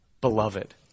beloved